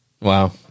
Wow